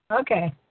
Okay